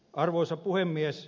arvoisa puhemies